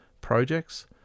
projects